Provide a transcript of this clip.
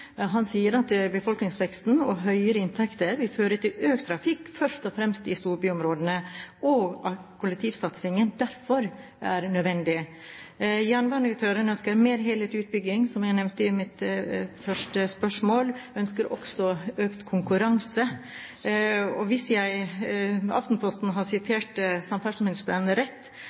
Han sier at befolkningsveksten og høyere inntekter vil føre til økt trafikk først og fremst i storbyområdene, og at kollektivsatsingen derfor er nødvendig. Jernbanedirektøren ønsker en mer helhetlig utbygging, som jeg nevnte i mitt spørsmål, og hun ønsker også mer konkurranse. Hvis Aftenposten 10. mars siterte samferdselsministeren rett,